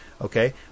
Okay